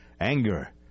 anger